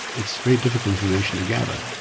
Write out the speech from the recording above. it's very difficult information to gather,